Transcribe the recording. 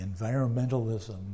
environmentalism